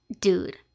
Dude